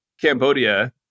Cambodia